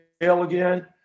again